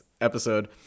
episode